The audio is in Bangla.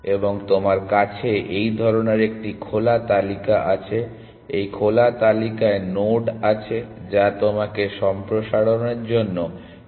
এবং তোমার কাছে এই ধরণের একটি খোলা তালিকা আছে এবং এই খোলা তালিকায় নোড আছে যা তোমাকে সম্প্রসারণের জন্য একটি নোড বাছাই করতে হবে